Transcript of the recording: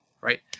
right